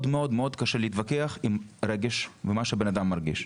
מאוד מאוד קשה להתווכח עם מה שבן האדם מרגיש,